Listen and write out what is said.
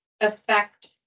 affect